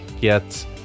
get